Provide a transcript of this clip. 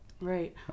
Right